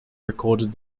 recorded